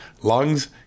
lungs